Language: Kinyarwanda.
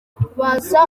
baza